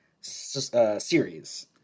series